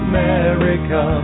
America